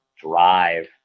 drive